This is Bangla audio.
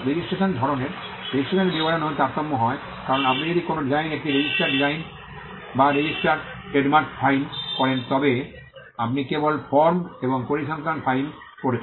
রেজিস্ট্রেশন ধরণের রেজিস্ট্রেশনের বিবরণেও তারতম্য হয় কারণ আপনি যদি কোনও ডিজাইন একটি রেজিস্ট্রার ডিজাইন বা রেজিস্ট্রেশন ট্রেডমার্ক ফাইল করেন তবে আপনি কেবল ফর্ম এবং পরিসংখ্যান ফাইল করছেন